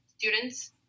students